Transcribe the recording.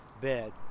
bed